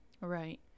right